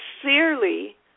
sincerely